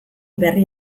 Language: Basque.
berri